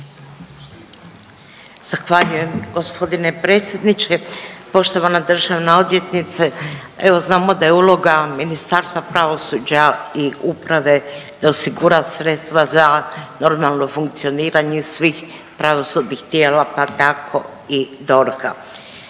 Zahvaljujem g. predsjedniče. Poštovana državna odvjetnice. Evo znamo da je uloga Ministarstva pravosuđa i uprave da osigura sredstva za normalno funkcioniranje svih pravosudnih tijela pa tako i DORH-a.